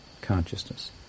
consciousness